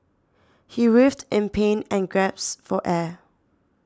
he writhed in pain and gasped for air